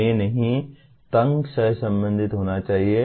उन्हें नहीं तंग सह संबंध होना चाहिए